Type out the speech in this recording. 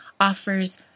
offers